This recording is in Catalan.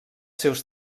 seus